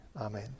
Amen